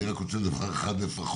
אני רק רוצה דבר אחד - לפחות